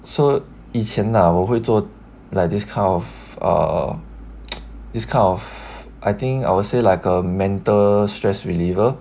so 以前 lah 我会做 like this kind of err this kind of I think I would say like a mental stress reliever